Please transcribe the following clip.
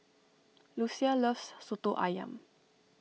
Lucia loves Soto Ayam